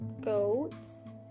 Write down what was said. goats